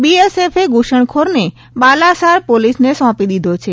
બીએસએફએ ઘુસણખોરને બાલાસાર પોલીસને સોંપી દીધો છે